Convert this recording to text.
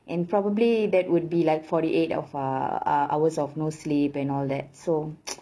and probably that would be like forty eight of uh hours of no sleep and all that so